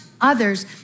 others